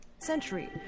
century